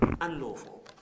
unlawful